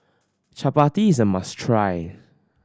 Chapati is a must try